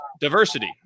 diversity